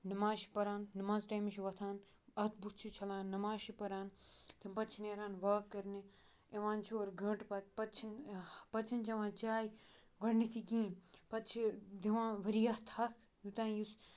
نماز چھِ پَران نماز ٹایمہِ چھِ وۄتھان اَتھ بُتھ چھِ چھَلان نماز چھِ پَران تَمہِ پَتہٕ چھِ نیران واک کَرنہِ یِوان چھِ اورٕ گنٛٹہٕ پَتہٕ پَتہٕ چھِنہٕ پَتہٕ چھِنہٕ چٮ۪وان چاے گۄڈنٮ۪تھٕے کینٛہہ پَتہٕ چھِ دِوان واریاہ تھَکھ یوٚتام یُس